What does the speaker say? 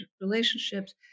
relationships